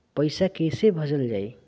पैसा कैसे भेजल जाइ?